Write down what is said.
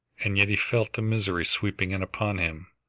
and yet he felt the misery sweeping in upon him,